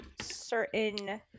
certain